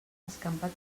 escampat